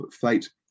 fate